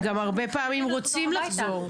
הם גם הרבה פעמים רוצים לחזור,